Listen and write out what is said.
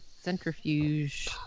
centrifuge